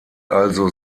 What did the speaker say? also